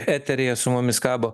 eteryje su mumis kabo